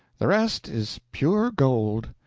the rest is pure gold.